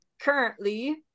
currently